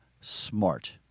smart